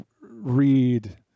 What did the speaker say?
read